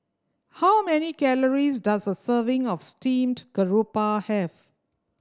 how many calories does a serving of steamed garoupa have